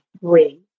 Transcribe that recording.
three